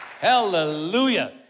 Hallelujah